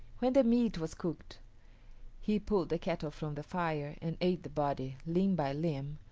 when the meat was cooked he pulled the kettle from the fire and ate the body, limb by limb,